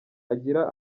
agira